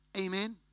Amen